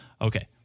okay